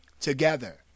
together